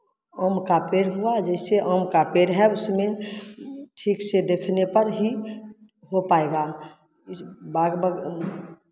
आम का पेड़ हुआ जैसे आम का पेड़ है उसमें ठीक से देखने पर ही हो पायेगा इस बाग बग